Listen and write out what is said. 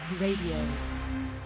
Radio